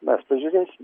mes pažiūrėsim